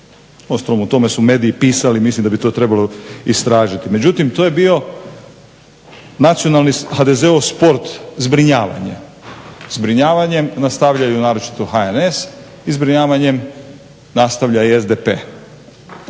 Uostalom u tome su mediji. Mislim da bi to trebalo istražiti. Međutim to je bio nacionalni HDZ-ov sport zbrinjavanja. Zbrinjavanjem nastavljaju naročito HNS i zbrinjavanjem i nastavlja i SDP